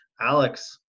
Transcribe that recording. Alex